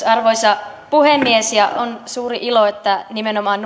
arvoisa puhemies on suuri ilo että nimenomaan